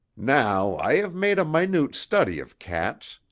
now, i have made a minute study of cats.